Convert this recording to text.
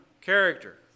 character